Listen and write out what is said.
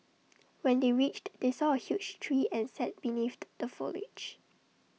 when they reached they saw A huge tree and sat beneath the foliage